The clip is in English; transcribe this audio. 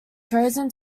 chosen